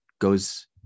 goes